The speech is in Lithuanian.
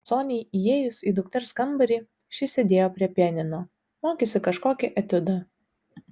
soniai įėjus į dukters kambarį ši sėdėjo prie pianino mokėsi kažkokį etiudą